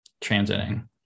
transiting